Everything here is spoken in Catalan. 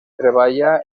treballa